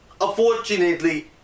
unfortunately